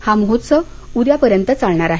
हा महोत्सव उद्यापर्यंत चालणार आहे